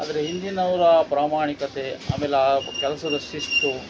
ಆದರೆ ಹಿಂದಿನವರ ಪ್ರಾಮಾಣಿಕತೆ ಆಮೇಲೆ ಆ ಕೆಲಸದ ಶಿಸ್ತು